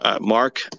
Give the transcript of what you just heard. mark